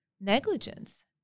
negligence